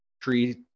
tree